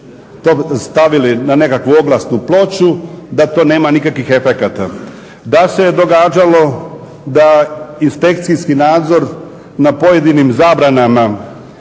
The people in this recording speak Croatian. da ste stavili na nekakvu oglasnu ploču da to nema nikakvih efekata, da se je događalo da inspekcijski nadzor na pojedinim zabranama